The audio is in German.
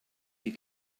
sie